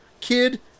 Kid